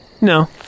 No